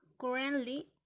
Currently